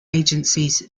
agencies